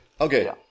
Okay